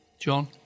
John